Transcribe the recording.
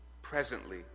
Presently